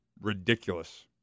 ridiculous